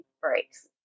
breaks